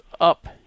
up